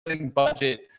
budget